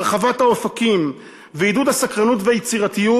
הרחבת האופקים ועידוד הסקרנות והיצירתיות